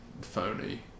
phony